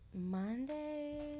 Monday